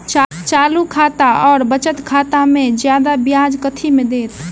चालू खाता आओर बचत खातामे जियादा ब्याज कथी मे दैत?